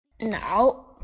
Now